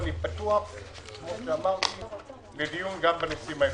ואני פתוח כפי שאמרתי לדיון גם בנושאים האלה.